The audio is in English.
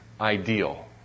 ideal